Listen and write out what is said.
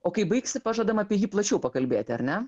o kai baigsi pažadam apie jį plačiau pakalbėti ar ne